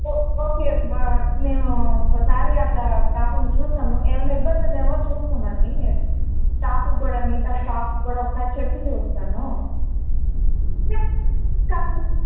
okay మేము ఇంకోసారి అట్లా కాకుండా చూస్తాము ఏమైనా ఇబ్బంది ఉందేమో చూస్తామండి స్టాపుకి కూడా మిగతా స్టాపుకి కూడా ఒకసారి చెప్పి చూస్తాను